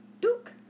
Duke